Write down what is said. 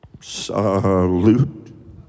salute